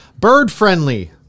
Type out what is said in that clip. bird-friendly